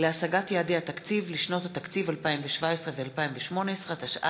מועד הוצאת חשבונית מס), התשע''ז 2016,